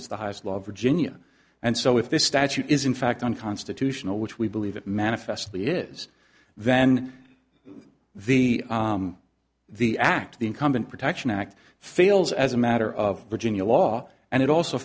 it's the highest law virginia and so if this statute is in fact unconstitutional which we believe it manifestly is then the the act the incumbent protection act fails as a matter of virginia law and it also